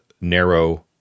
narrow